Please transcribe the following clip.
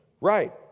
right